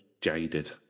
jaded